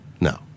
No